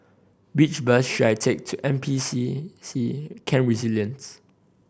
which bus should I take to N P C C Camp Resilience